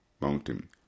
mountain